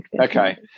Okay